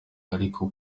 ariko